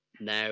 now